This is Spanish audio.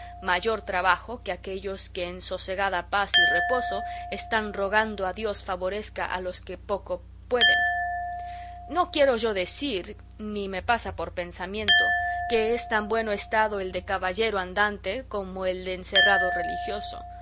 mayor trabajo que aquellos que en sosegada paz y reposo están rogando a dios favorezca a los que poco pueden no quiero yo decir ni me pasa por pensamiento que es tan buen estado el de caballero andante como el del encerrado religioso